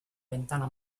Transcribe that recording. ventana